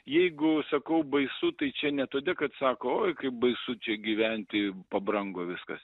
jeigu sakau baisu tai čia ne todė kad sako oi kaip baisu čia gyventi pabrango viskas